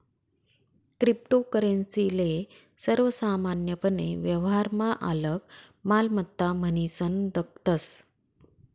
cryptocurrency ले सर्वसामान्यपने व्यवहारमा आलक मालमत्ता म्हनीसन दखतस